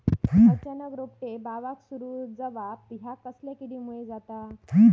अचानक रोपटे बावाक सुरू जवाप हया कसल्या किडीमुळे जाता?